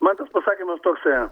man toks pasakymas toksai